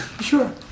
Sure